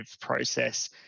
process